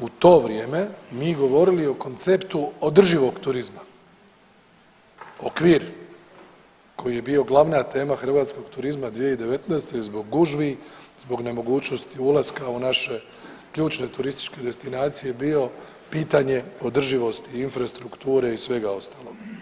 u to vrijeme mi govorili o konceptu održivog turizma, okvir koji je bio glavna tema hrvatskog turizma 2019. zbog gužvi, zbog nemogućnosti ulaska u naše ključne turističke destinacije bio pitanje održivosti infrastrukture i svega ostalog.